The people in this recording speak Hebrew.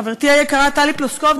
חברתי היקרה טלי פלוסקוב,